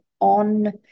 on